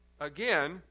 Again